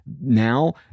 now